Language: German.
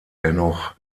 dennoch